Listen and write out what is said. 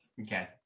Okay